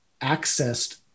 accessed